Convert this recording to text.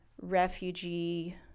refugee